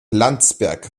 landsberg